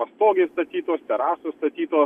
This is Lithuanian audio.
pastogės statytos terasos statytos